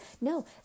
No